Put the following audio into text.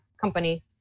company